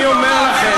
אני אומר לכם,